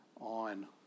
on